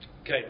Okay